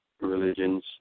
religions